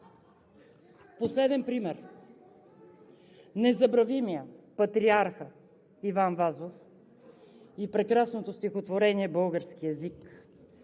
Последен пример с незабравимия, патриарха Иван Вазов и прекрасното стихотворение „Български език“